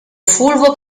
fulvo